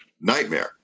nightmare